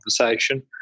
conversation